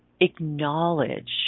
Acknowledge